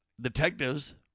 Detectives